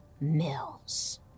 Mills